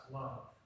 love